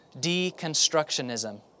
Deconstructionism